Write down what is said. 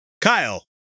Kyle